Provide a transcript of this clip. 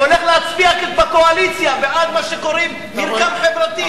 הוא הולך להצביע בקואליציה בעד מה שקוראים "מרקם חברתי".